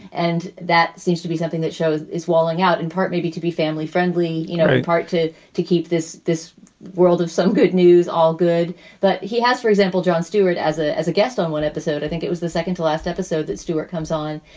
and that seems to be something that shows is walling out in part maybe to be family friendly, you know, part two, to keep this this world of some good news. all good that he has, for example, jon stewart as ah as a guest on one episode. i think it was the second to last episode that stewart comes on.